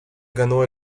ganó